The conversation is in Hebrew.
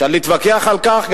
אפשר להתווכח על כך.